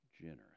generous